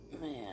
Man